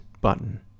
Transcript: button